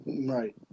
right